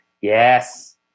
Yes